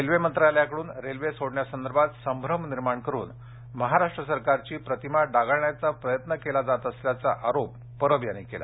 railway मंत्रालयाकडून railway सोडण्यासंदर्भात संभ्रम निर्माण करून महाराष्ट्र सरकारची प्रतिमा डागाळण्याचा प्रयत्न केला जात असल्याचा आरोप परब यांनी केला